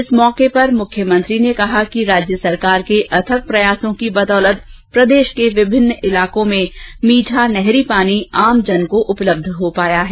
इस अवसर पर मुख्यमंत्री ने कहा कि राज्य सरकार के अथक प्रयासों की बदौलत प्रदेश के विभिन्न इलाकों में नहरी मीठा पानी आमजन कोउपलब्ध हो पाया है